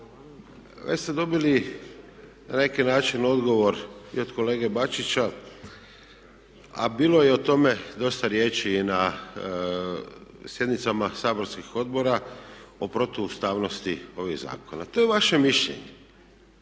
već ste dobili na neki način odgovor i od kolege Bačića, a bilo je o tome dosta riječi i na sjednicama saborskih odbora o protu ustavnosti ovih zakona. To je vaše mišljenje